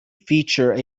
feature